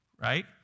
right